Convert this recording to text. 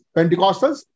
Pentecostals